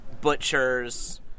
butchers